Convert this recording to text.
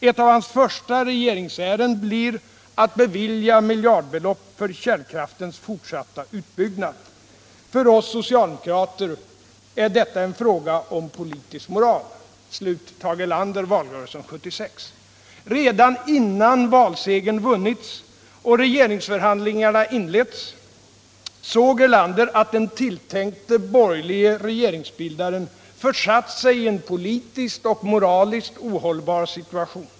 Ett av hans första regeringsärenden blir att bevilja miljardbelopp för kärnkraftens fortsatta utbyggnad. För oss socialdemokrater är detta en fråga om politisk moral.” Redan innan valsegern vunnits och regeringsförhandlingarna inletts såg Erlander att den tilltänkte borgerlige regeringsbildaren försatt sig i en politiskt och moraliskt ohållbar situation.